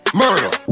murder